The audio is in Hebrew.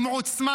עם עוצמה,